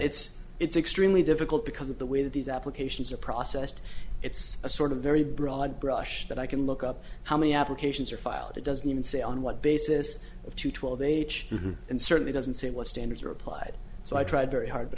it's it's extremely difficult because of the way that these applications are processed it's a sort of very broad brush that i can look up how many applications are filed it doesn't even say on what basis of two twelve age and certainly doesn't say what standards are applied so i tried very hard but